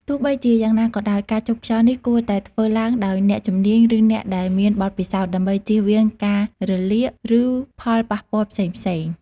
ទោះបីជាយ៉ាងណាក៏ដោយ ការជប់ខ្យល់នេះគួរតែធ្វើឡើងដោយអ្នកជំនាញ ឬអ្នកដែលមានបទពិសោធន៍ ដើម្បីចៀសវាងការរលាក ឬផលប៉ះពាល់ផ្សេងៗ។